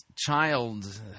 child